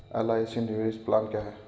LIC निवेश plan क्या है?